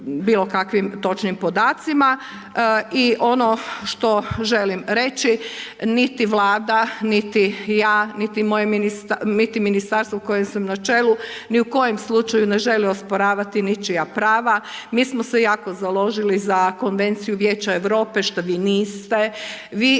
bilo kakvim točnim podacima. I ono što želim reći, niti Vlada, niti ja, niti Ministarstvo na kojem sam na čelu, ni u kojem slučaju ne želi osporavati ničija prava, mi smo se jako založili za Konvenciju vijeća Europe, što vi niste. Vi